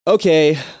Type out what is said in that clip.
Okay